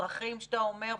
לצרכים שאתה אומר,